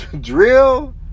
drill